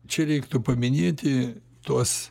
čia reiktų paminėti tuos